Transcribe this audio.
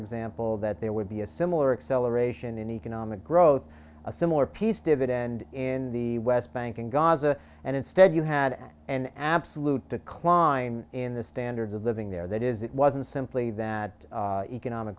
example that there would be a similar acceleration in economic growth a similar peace dividend in the west bank and gaza and instead you had an absolute decline in the standards of living there that is it wasn't simply that economic